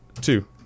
two